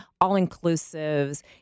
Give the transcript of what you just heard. all-inclusives